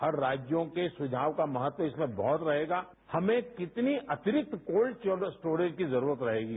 हर राज्यों के सुझाव का महत्व इसमें बहत रहेगा हमें कितने अतिरिक्त कोल्ड चेन स्टोरेज की जरूरत रहेगी